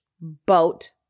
boat